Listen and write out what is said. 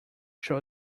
show